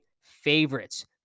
favorites